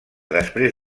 després